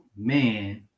man